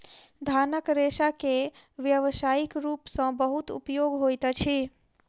धानक रेशा के व्यावसायिक रूप सॅ बहुत उपयोग होइत अछि